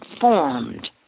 formed